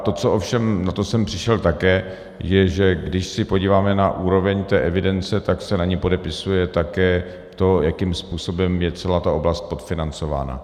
To, co ovšem, na to jsem přišel také, je, že když se podíváme na úroveň té evidence, tak se na ní podepisuje také to, jakým způsobem je celá ta oblast podfinancována.